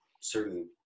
certain